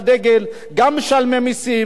גם משלמי מסים,